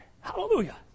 Hallelujah